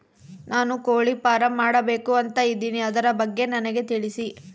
ನಾನು ಕೋಳಿ ಫಾರಂ ಮಾಡಬೇಕು ಅಂತ ಇದಿನಿ ಅದರ ಬಗ್ಗೆ ನನಗೆ ತಿಳಿಸಿ?